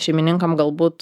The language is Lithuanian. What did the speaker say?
šeimininkam galbūt